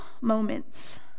moments